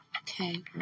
Okay